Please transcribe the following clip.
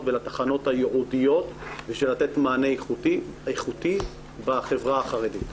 ולתחנות הייעודיות בשביל לתת מענה איכותי בחברה החרדית.